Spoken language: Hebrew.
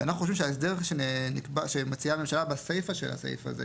ואנחנו חושבים שההסדר שמציעה הממשלה באשר לסעיף הזה,